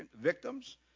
victims